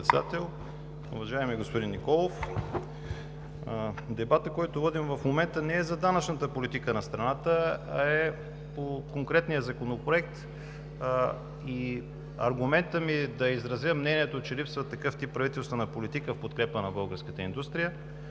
госпожо Председател. Уважаеми господин Николов, дебатът, който водим в момента, не е за данъчната политика на страната, а е по конкретния законопроект. Аргументът ми да изразя мнението, че липсва такъв тип правителствена политика в подкрепа на българската индустрия